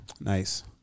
Nice